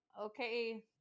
okay